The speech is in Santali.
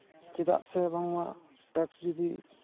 ᱪᱮᱫᱟᱜ ᱥᱮ ᱵᱟᱝᱢᱟ ᱴᱮᱠᱥ ᱡᱩᱫᱤ